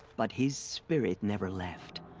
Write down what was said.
but his spirit never left.